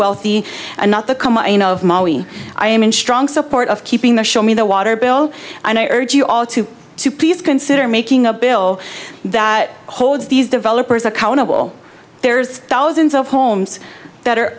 wealthy and not the i am in strong support of keeping the show me the water bill and i urge you all to to please consider making a bill that holds these developers accountable there's thousands of homes